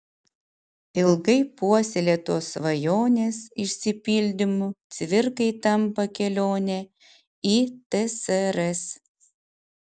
ilgai puoselėtos svajonės išsipildymu cvirkai tampa kelionė į tsrs